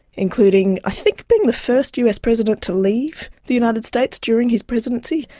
including i think being the first us president to leave the united states during his presidency,